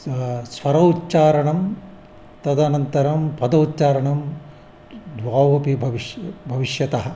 स्व स्वरोच्चारणं तदनन्तरं पदोच्चारणं द्वावपि भविष्यतः भविष्यतः